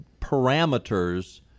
parameters